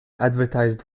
advertised